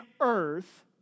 earth